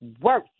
worse